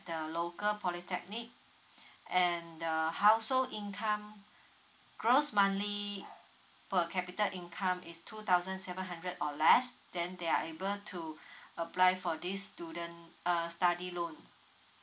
the local polytechnic and err household income gross monthly per capita income is two thousand seven hundred or less than they are able to apply for this student err study loan